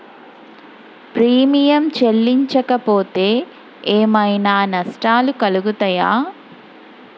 Premium చెల్లించకపోతే ఏమైనా నష్టాలు కలుగుతయా?